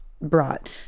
brought